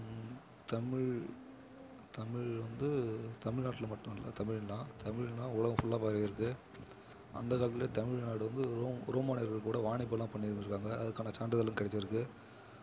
தமிழ் தமிழ் வந்து தமிழ்நாட்டில் மட்டும் இல்லை தமிழ்லாம் தமிழ்னா உலகம் ஃபுல்லாக பரவியிருக்குது அந்த காலத்துலே தமிழ்நாடு வந்து ரோம் ரோமானியர்கள்கூட வாணிபமெலாம் பண்ணியிருந்துருக்காங்க அதுக்கான சான்றிதழும் கிடச்சிருக்கு